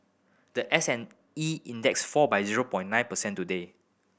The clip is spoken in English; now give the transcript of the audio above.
the S and E Index fall by zero pone nine percent today